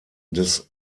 des